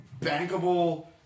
bankable